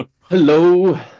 Hello